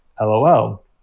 Lol